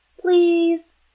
Please